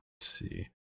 see